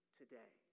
today